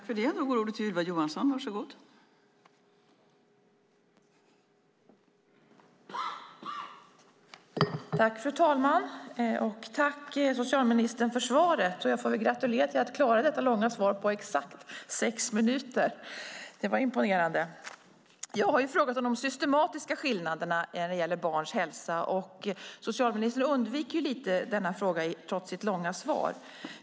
Fru talman! Tack, socialministern, för svaret! Jag får gratulera till att ha klarat detta långa svar på exakt sex minuter. Det var imponerande. Jag har frågat om de systematiska skillnaderna när det gäller barns hälsa. Socialministern undviker lite denna fråga, trots sitt långa svar.